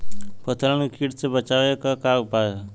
फसलन के कीट से बचावे क का उपाय है?